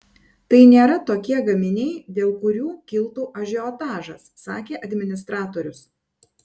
tai nėra tokie gaminiai dėl kurių kiltų ažiotažas sakė administratorius